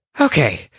Okay